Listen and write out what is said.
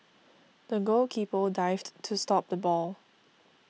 the goalkeeper dived to stop the ball